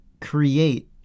create